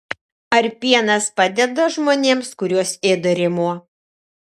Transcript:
ar pienas padeda žmonėms kuriuos ėda rėmuo